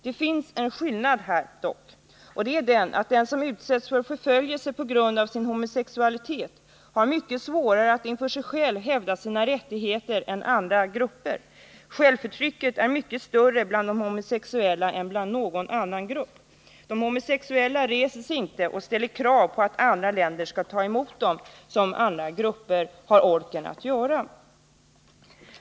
Det finns dock en skillnad här, och det är att den som utsätts för förföljelse på grund av sin homosexualitet har mycket svårare att tällas med den förföljelse som många religiösa och politiska inför sig själv hävda sina rättigheter än någon i andra grupper. Självförtrycket är mycket större bland homosexuella än i någon annan grupp. De homosexuella reser sig inte och ställer krav på att andra länder skall ta emot dem, som andra grupper har ork att göra.